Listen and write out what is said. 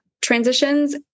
transitions